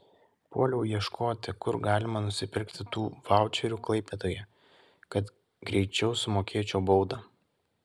puoliau ieškoti kur galima nusipirkti tų vaučerių klaipėdoje kad greičiau sumokėčiau baudą